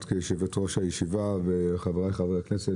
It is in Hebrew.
את כיושבת ראש הוועדה וחבריי חברי הכנסת